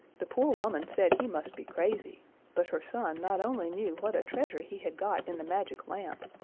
the poor woman said he must be crazy but her son not only knew what a treasure he had got in the magic lamp,